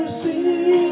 see